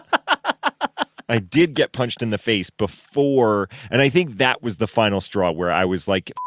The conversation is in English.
i i did get punched in the face before. and i think that was the final straw where i was like,